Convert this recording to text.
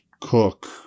Cook